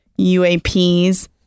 UAPs